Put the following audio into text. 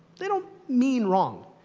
they don't mean wrong.